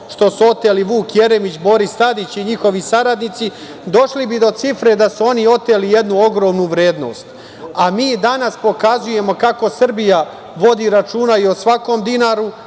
što su oteli Vuk Jeremić, Boris Tadić i njihovi saradnici, došli bi do cifre da su oni oteli jednu ogromnu vrednost. Mi danas pokazujemo kako Srbija vodi računa i o svakom dinaru